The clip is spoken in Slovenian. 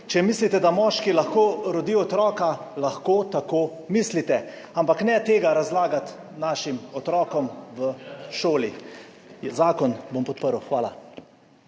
Če mislite, da moški lahko rodi otroka, lahko tako mislite, ampak ne tega razlagati našim otrokom v šoli. Zakon bom podprl. Hvala.